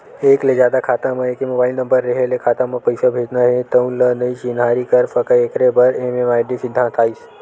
एक ले जादा खाता म एके मोबाइल नंबर रेहे ले खाता म पइसा भेजना हे तउन ल नइ चिन्हारी कर सकय एखरे बर एम.एम.आई.डी सिद्धांत आइस